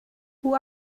who